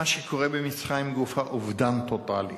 מה שקורה במצרים גופא, אובדן טוטלי.